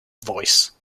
voice